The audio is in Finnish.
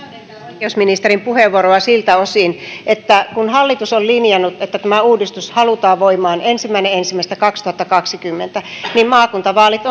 oikeusministerin puheenvuoroa siltä osin että kun hallitus on linjannut että tämä uudistus halutaan voimaan ensimmäinen ensimmäistä kaksituhattakaksikymmentä niin maakuntavaalit